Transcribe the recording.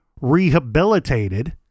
rehabilitated